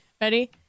Ready